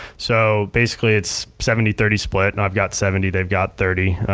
so basically, it's seventy thirty split, and i've got seventy, they've got thirty,